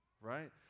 right